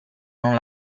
non